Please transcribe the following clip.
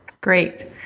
Great